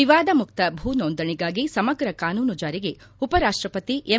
ವಿವಾದ ಮುಕ್ಷ ಭೂ ನೋಂದಣಿಗಾಗಿ ಸಮಗ್ರ ಕಾನೂನು ಜಾರಿಗೆ ಉಪ ರಾಷ್ಟಪತಿ ಎಂ